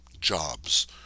jobs